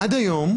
עד היום,